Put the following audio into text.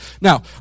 Now